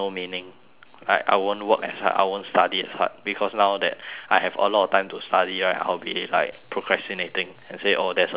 like I won't work as hard I won't study as hard because now that I have a lot of time to study right I will be like procrastinating and say oh there's a tomorrow